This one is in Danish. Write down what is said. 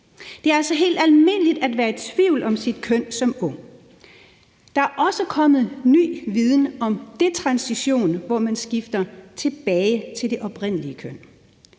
Det er altså helt almindeligt at være i tvivl om sit køn som ung. Der er også kommet ny viden om detransiition, hvor man skifter tilbage til det oprindelige køn.